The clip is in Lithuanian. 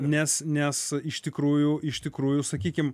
nes nes iš tikrųjų iš tikrųjų sakykim